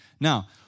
now